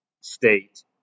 state